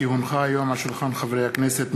כי הונחה היום על שולחן הכנסת,